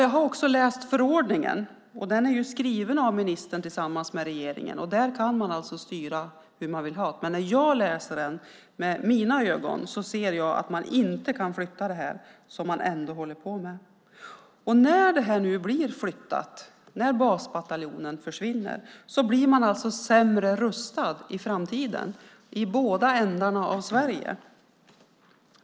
Jag har också läst förordningen. Den är ju skriven av ministern och regeringen. Där kan man alltså styra hur man vill ha det. Men när jag läser förordningen med mina ögon ser jag inte att man kan flytta det som man ändå håller på med. När basbataljonen efter en flytt försvinner blir man i båda ändarna av Sverige sämre rustad i framtiden.